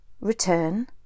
return